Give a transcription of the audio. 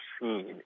seen